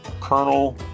Colonel